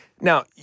Now